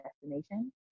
destination